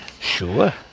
Sure